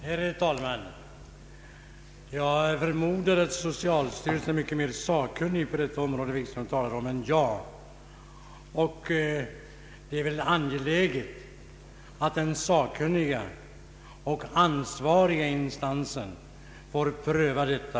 Herr talman! Jag förmodar att socialstyrelsen är mer sakkunnig på det område som herr Wikström talar om än jag. Det är väl angeläget att den sakkunniga och ansvariga instansen får pröva detta.